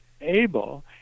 able